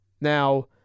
Now